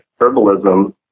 herbalism